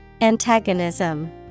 Antagonism